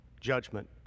judgment